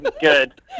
Good